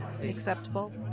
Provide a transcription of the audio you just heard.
Acceptable